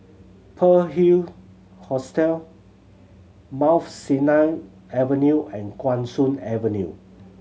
Pearl Hill Hostel Mount Sinai Avenue and Guan Soon Avenue